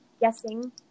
guessing